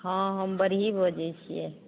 हँ हम बढ़ै बजैत छियै